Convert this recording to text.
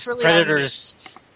Predators